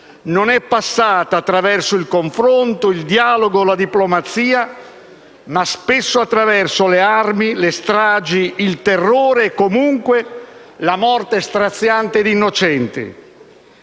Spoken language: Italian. non è passata attraverso il confronto, il dialogo e la diplomazia, ma spesso attraverso le armi, le stragi, il terrore e comunque la morte straziante di innocenti.